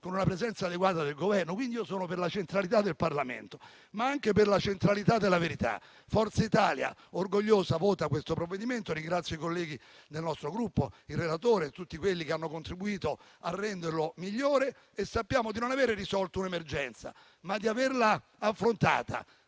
con una presenza adeguata del Governo: io sono quindi per la centralità del Parlamento, ma anche per la centralità della verità. Forza Italia con orgoglio voterà a favore del provvedimento in esame e ringrazio i colleghi del nostro Gruppo, il relatore e tutti quelli che hanno contribuito a renderlo migliore. Sappiamo di non aver risolto un'emergenza, ma di averla affrontata;